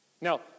Now